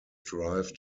drive